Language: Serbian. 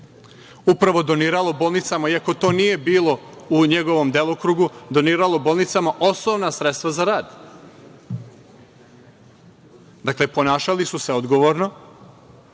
upravo doniralo bolnicama i ako to nije bilo u njegovom delokrugu, doniralo bolnicama osnovna sredstva za rad. Dakle, ponašali su se odgovorno,